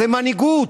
זו מנהיגות.